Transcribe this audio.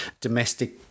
domestic